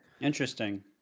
Interesting